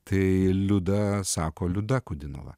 tai liuda sako liuda kudinova